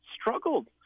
struggled